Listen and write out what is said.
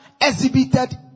exhibited